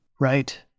Right